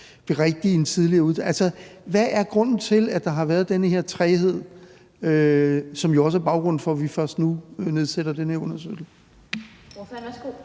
hvad er grunden til, at der har været den her træghed, som jo også er baggrunden for, at vi først nu nedsætter den her undersøgelse?